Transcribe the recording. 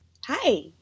Hi